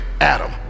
adam